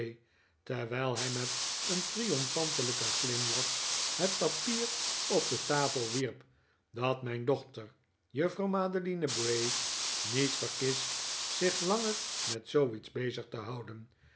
terwijl hij met een triomfantelijken glimlach het papier op de tafel wierp dat mijn dochter juffrouw madeline bray niet verkiest zich langer met zooiets bezig te houden